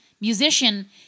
musician